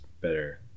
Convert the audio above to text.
better